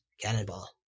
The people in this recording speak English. Cannonball